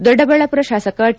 ದೊಡ್ಡಬಳ್ಳಾಪುರ ಶಾಸಕ ಟ